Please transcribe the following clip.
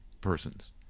persons